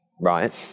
Right